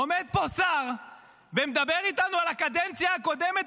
עומד פה שר ומדבר איתנו על הקדנציה הקודמת,